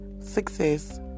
success